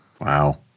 Wow